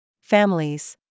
Families